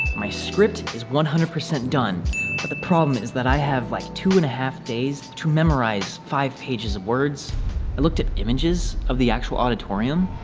my script is one hundred percent done but the problem is that i have like two and a half days to memorize five pages of words i looked at images of the actual auditorium